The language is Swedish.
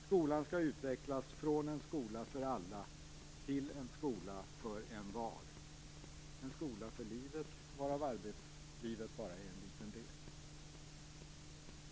Skolan skall utvecklas från en skola för alla till en skola för envar - en skola för livet varav arbetslivet bara är en liten del.